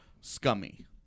scummy